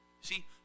See